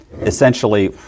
essentially